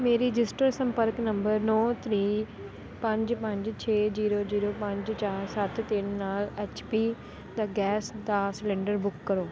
ਮੇਰੇ ਰਜਿਸਟਰਡ ਸੰਪਰਕ ਨੰਬਰ ਨੌਂ ਥ੍ਰੀ ਪੰਜ ਪੰਜ ਛੇ ਜੀਰੋ ਜੀਰੋ ਪੰਜ ਚਾਰ ਸੱਤ ਤਿੰਨ ਨਾਲ ਐਚ ਪੀ ਦਾ ਗੈਸ ਸਿਲੰਡਰ ਬੁੱਕ ਕਰੋ